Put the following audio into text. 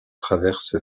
traverse